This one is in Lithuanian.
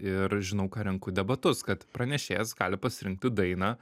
ir žinau ką renku debatus kad pranešėjas gali pasirinkti dainą